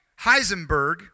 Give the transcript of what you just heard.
Heisenberg